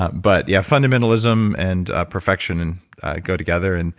ah but yeah fundamentalism and ah perfection and go together. and